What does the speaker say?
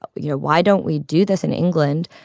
but you know, why don't we do this in england?